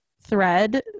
thread